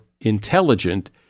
intelligent